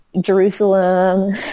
Jerusalem